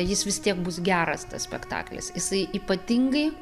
jis vis tiek bus geras tas spektaklis jisai ypatingai